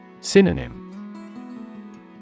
Synonym